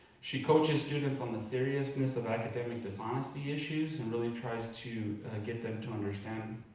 she coaches students on the seriousness of academic dishonesty issues, and really tries to get them to understand